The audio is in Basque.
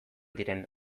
diren